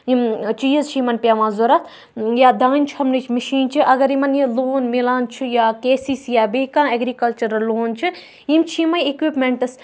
یِم چیٖز چھِ یِمَن پٮ۪وان ضروٗرت یا دانہِ چھۄمبنٕچ مِشیٖن چھِ اگر یِمَن یہِ لون میلان چھُ یا کے سی سی یا بیٚیہِ کانٛہہ ایگرِکَلچَرل لون چھُ یِم چھِ یِمے اِکیٛوِٗپمٮ۪نٛٹٕس